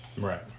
Right